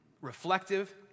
reflective